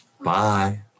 bye